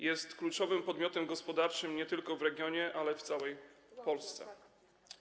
Jest kluczowym podmiotem gospodarczym nie tylko w regionie, ale także w całej Polsce.